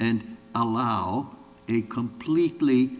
and allow a completely